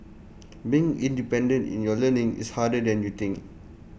being independent in your learning is harder than you think